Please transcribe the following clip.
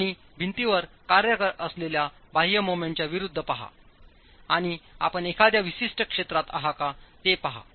आणि भिंतीवर कार्य करत असलेल्या बाह्य मोमेंटच्या विरूद्ध पहा आणि आपण एखाद्या विशिष्ट क्षेत्रात आहात का ते पहा